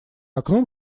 окном